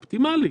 אופטימלי.